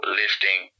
lifting